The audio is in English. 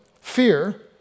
fear